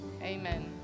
Amen